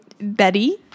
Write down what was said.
Betty